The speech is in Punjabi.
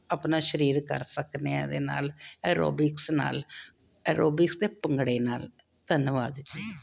ਆਪਣਾ ਸਰੀਰ ਕਰ ਸਕਦੇ ਹਾਂ ਇਹਦੇ ਨਾਲ ਐਰੋਬਿਕਸ ਨਾਲ ਐਰੋਬਿਕਸ ਅਤੇ ਭੰਗੜੇ ਨਾਲ ਧੰਨਵਾਦ ਜੀ